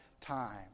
time